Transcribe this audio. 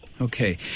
Okay